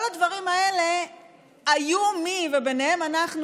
מפני כל הדברים האלה היו מי שהזהירו,